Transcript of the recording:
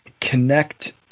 connect